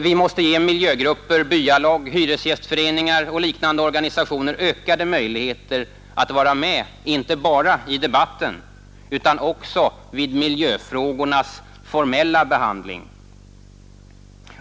Vi måste ge miljögrupper, byalag, hyresgästföreningar och liknande organisationer ökade möjligheter att vara med inte bara i debatten utan också vid miljöfrågornas formella behandling.